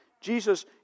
Jesus